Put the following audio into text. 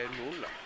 nulla